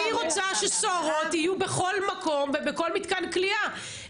אני רוצה שסוהרות יהיו בכל מקום ובכל מתקן כליאה,